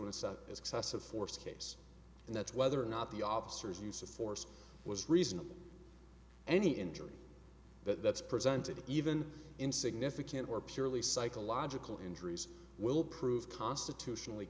set excessive force case and that's whether or not the officers use of force was reasonable any injury that that's presented even in significant or purely psychological injuries will prove constitutionally